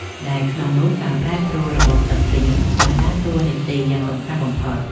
ដែលក្នុងនោះការប្រែប្រួលរបបទឹកភ្លៀងបានដើរតួនាទីយ៉ាងសំខាន់បំផុត។